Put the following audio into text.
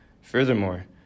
Furthermore